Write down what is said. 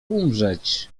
umrzeć